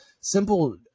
simple